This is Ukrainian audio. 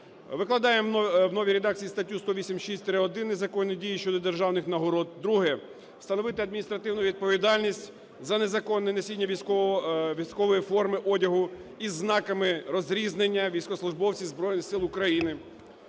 викладаємо в новій редакції статтю 186-1, незаконні дії щодо державних нагородо; друге – встановити адміністративну відповідальність за незаконне носіння військової форми одягу із знаками розрізнення військовослужбовців Збройних Сил України.